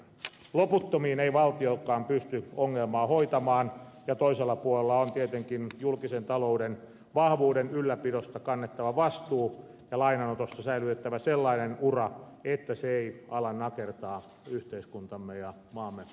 loputtomiin ei valtiokaan pysty ongelmaa hoitamaan ja toisella puolella on tietenkin julkisen talouden vahvuuden ylläpidosta kannettava vastuu ja lainanotossa säilytettävä sellainen ura että se ei ala nakertaa yhteiskuntamme ja maamme uskottavuutta